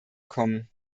kommen